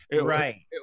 Right